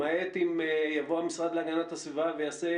למעט אם יבוא המשרד להגנת הסביבה ויעשה